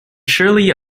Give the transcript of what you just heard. surely